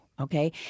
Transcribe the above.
okay